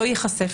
שלא ייחשף,